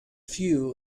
few